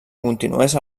continués